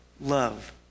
love